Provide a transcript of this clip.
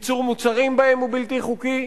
ייצור מוצרים בהן הוא בלתי חוקי.